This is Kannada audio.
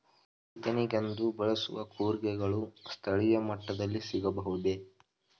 ಬಿತ್ತನೆಗೆಂದು ಬಳಸುವ ಕೂರಿಗೆಗಳು ಸ್ಥಳೀಯ ಮಟ್ಟದಲ್ಲಿ ಸಿಗಬಹುದೇ?